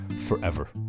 forever